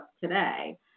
today